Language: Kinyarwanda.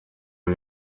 ari